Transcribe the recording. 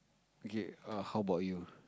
okay how about you